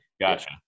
Gotcha